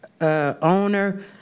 owner